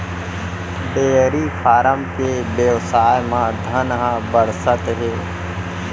dairy farm के बेवसाय म धन ह बरसत हे